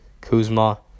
Kuzma